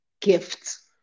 gifts